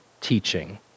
teaching